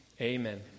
Amen